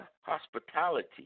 hospitality